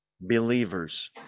believers